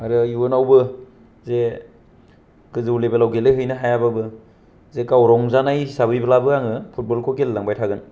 आरो इयुनावबो जे गोजौ लेबेलाव गेलेहैनो हायाबाबो जे गाव रंजानाय हिसाबैब्लाबो आङो फुटबलखौ गेलेलांबाय थागोन